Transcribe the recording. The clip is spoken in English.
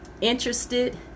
interested